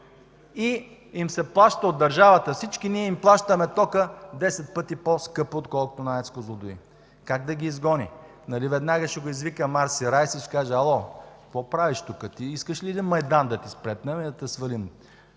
и им се плаща от държавата – всички ние им плащаме тока 10 пъти по-скъпо, отколкото на АЕЦ „Козлодуй”? Как да ги изгони? Нали веднага ще го извика Марси Рийс и ще му каже: „Ало, какво правиш? Ти искаш ли един „Майдан” да ти спретнем и да те свалим?